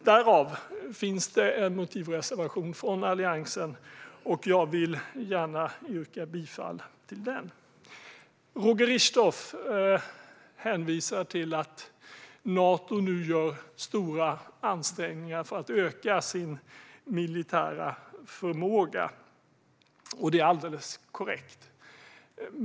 Därav finns det en motivreservation från Alliansen, och jag vill gärna yrka bifall till den. Roger Richtoff hänvisar till att Nato nu gör stora ansträngningar för att öka sin militära förmåga, och det är alldeles korrekt.